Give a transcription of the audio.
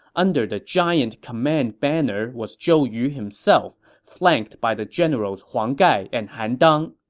under the giant command banner was zhou yu himself, flanked by the generals huang gai and han dang.